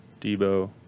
Debo